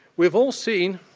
we've all seen